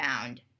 found